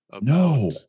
No